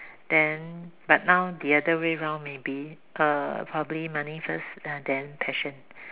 then but now the other way round maybe uh probably money first and then passion